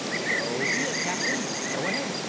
so be it, captain go ahead!